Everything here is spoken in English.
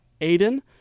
Aiden